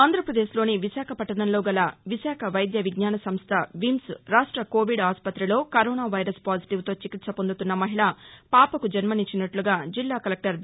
ఆంధ్రప్రదేశ్లోని విశాఖపట్టణంలో గల విశాఖ వైద్యవిజ్ఞాన సంస్ద విమ్స్ రాష్ట కొవిడ్ ఆసుపతిలో కరోనా వైరస్ పాజిటివ్తో చికిత్స పొందుతున్న మహిళ పాపకు జన్మనిచ్చినట్టుగా జిల్లా కలెక్టర్ వి